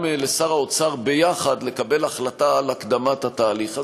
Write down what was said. לשר האוצר ביחד לקבל החלטה על הקדמת התהליך הזה.